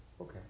Okay